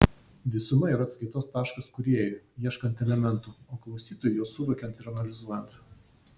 visuma yra atskaitos taškas kūrėjui ieškant elementų o klausytojui juos suvokiant ir analizuojant